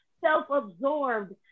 self-absorbed